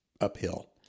uphill